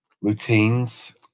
routines